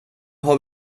har